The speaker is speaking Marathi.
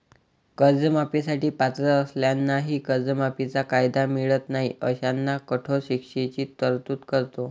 कर्जमाफी साठी पात्र असलेल्यांनाही कर्जमाफीचा कायदा मिळत नाही अशांना कठोर शिक्षेची तरतूद करतो